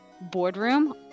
boardroom